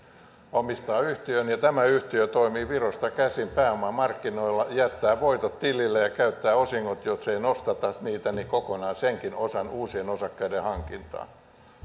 omistaa yhtiön ja tämä yhtiö toimii virosta käsin pääomamarkkinoilla jättää voitot tililleen ja käyttää osingot jos ei nostata niitä senkin osan kokonaan uusien osakkeiden hankintaan